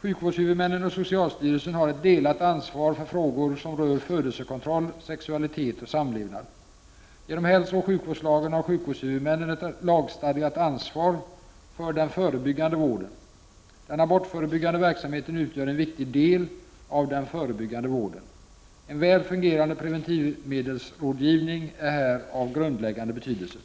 Sjukvårdshuvudmännen och socialstyrelsen har ett delat ansvar för frågor som rör födelsekontroll, sexualitet och samlevnad. Genom hälsooch sjukvårdslagen har sjukvårdshuvudmännen ett lagstadgat ansvar för den förebyggande vården. Den abortförebyggande verksamheten utgör en viktig del av den förebyggande vården. En väl fungerande preventivmedelsrådgivning är här av grundläggande betydelse.